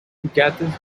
yates